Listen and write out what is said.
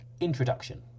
Introduction